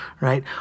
right